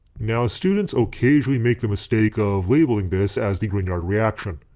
now students occasionally make the mistake of labelling this as the grignard reaction.